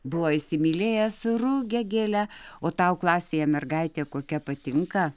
buvo įsimylėjęs rugiagėlę o tau klasėje mergaitė kokia patinka